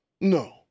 No